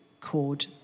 called